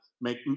make